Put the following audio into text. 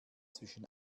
zwischen